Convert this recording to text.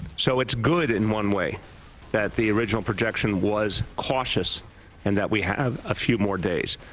so it's good in one way that the original projection was cautious and that we have a few more days.